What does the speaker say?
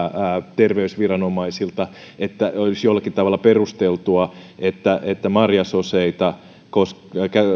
terveysviranomaisilta että olisi jollakin tavalla perusteltua että että marjasoseita